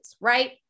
right